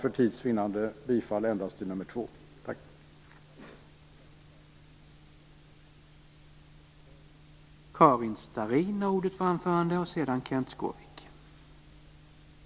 För tids vinnande yrkar jag bifall endast till reservation nr 2.